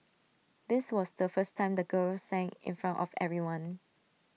this was the first time the girl sang in front of everyone